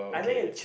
I think it's